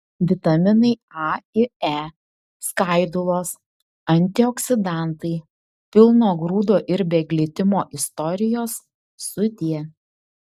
vitaminai a ir e skaidulos antioksidantai pilno grūdo ir be glitimo istorijos sudie